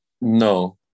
No